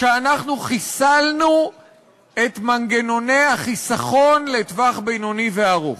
שאנחנו חיסלנו את מנגנוני החיסכון לטווח בינוני וארוך.